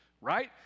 Right